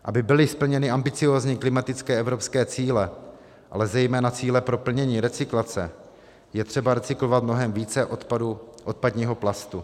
Aby byly splněny ambiciózní klimatické evropské cíle, ale zejména cíle pro plnění recyklace, je třeba recyklovat mnohem více odpadů odpadního plastu.